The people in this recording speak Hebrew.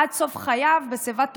עד סוף חייו בשיבה טובה,